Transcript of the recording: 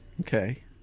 Okay